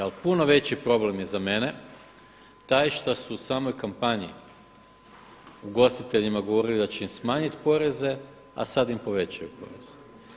Ali puno veći problem je za mene taj šta su u samoj kampanji ugostiteljima govorili da će im smanjiti poreze, a sada im povećavaju poreze.